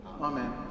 Amen